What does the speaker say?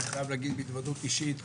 אני חייב להגיד בהתוודות אישית,